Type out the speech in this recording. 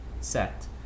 set